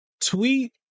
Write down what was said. tweet